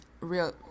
Real